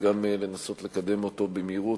וגם לנסות לקדם אותו במהירות,